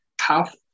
half